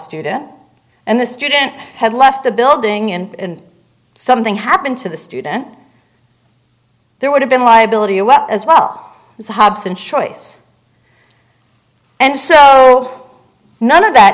student and the student had left the building and something happened to the student there would have been liability as well as well as a hobson's choice and so none of that